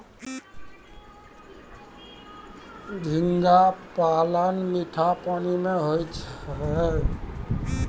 झींगा पालन मीठा पानी मे होय छै